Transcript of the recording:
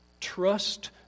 trust